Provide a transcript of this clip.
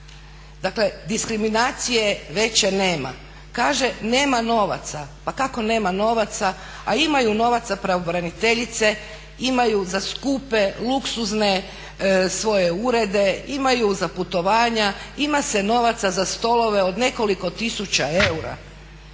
dakle diskriminacije veće nema. Kaže nema novaca. Pa kako nema novaca? A imaju novaca pravobraniteljice imaju za skupe luksuzne svoje urede, imaju za putovanja, ima se novaca za stolove od nekoliko tisuća eura.